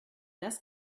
das